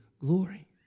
glory